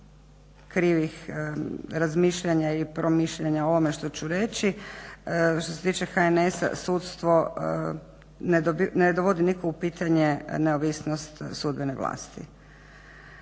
krivih razmišljanja i promišljanja o ovome što ću reći, što se tiče HNS-a sudstvo ne dovodi nikako u pitanje neovisnost sudbene vlasti,